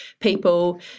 people